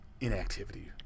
inactivity